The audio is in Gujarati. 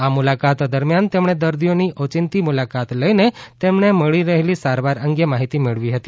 આ મુલાકાત દરમ્યાન તેમણે દર્દીઓની એચિંતી મુલાકાત લઇને તેમને મળી રહેલી સારવાર અંગે માહિતી મેળવી હતી